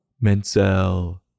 Menzel